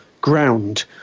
ground